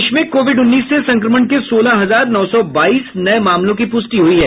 देश में कोविड उन्नीस से संक्रमण के सोलह हजार नौ सौ बाईस नये मामलों की पुष्टि हुई है